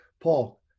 Paul